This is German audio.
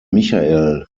michael